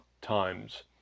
times